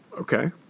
Okay